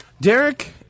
Derek